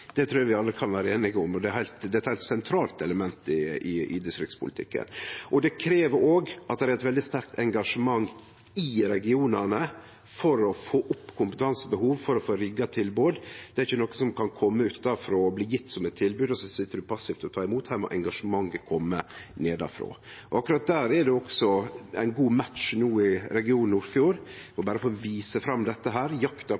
kan vere einige om. Det er eit heilt sentralt element i distriktspolitikken, og det krev òg at det er eit veldig sterkt engasjement i regionane for å få opp kompetansebehov, for å få rigga tilbod. Det er ikkje noko som kan kome utanfrå og bli gjeve som eit tilbod, og så sit ein passivt og tek imot – her må engasjementet kome nedanfrå. Akkurat der er det også ein god match no i region Nordfjord,